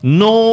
no